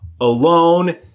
alone